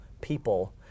people